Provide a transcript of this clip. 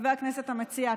חבר הכנסת המציע,